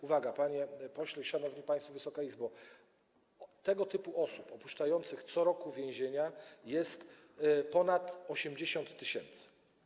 Uwaga, panie pośle, szanowni państwo, Wysoka Izbo, tego typu osób opuszczających co roku więzienia jest ponad 80 tys.